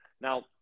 Now